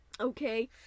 Okay